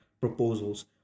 proposals